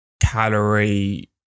calorie